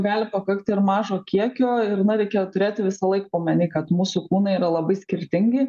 gali pakakti ir mažo kiekio ir na reikia turėti visąlaik omeny kad mūsų kūnai yra labai skirtingi